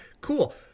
Cool